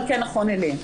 אבל כן נכון להם.